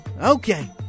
okay